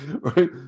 right